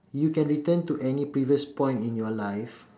you can return to any previous point in your life